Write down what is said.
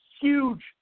huge